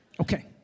okay